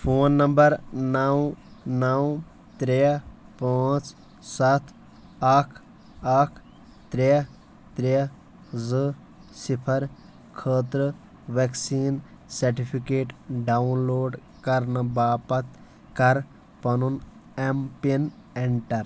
phone number نَو نَو ترٛےٚ پانٛژھ ستھ اکھ اکھ ترٛےٚ ترٛےٚ زٟ صفر خٲطرٟ ویٚکسیٖن سیٚٹِفِکیٹ ڈاوُن لوڈ کرنہٟ باپتھ کر پنُن ایٚم پِن ایٚنٹر